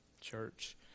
church